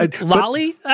Lolly